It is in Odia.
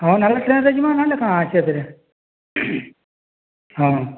ହଁ ନାଇଁହେଲେ ଟ୍ରେନ୍ରେ ଯିମା ନାଇଁହେଲେ କାଣା ଅଛେ ଏଥିରେ ହଁ